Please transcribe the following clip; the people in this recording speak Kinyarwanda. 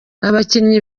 abakinnyi